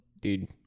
dude